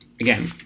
Again